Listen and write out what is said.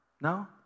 No